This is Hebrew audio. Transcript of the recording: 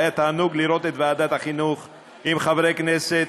היה תענוג לראות את ועדת החינוך עם חברי כנסת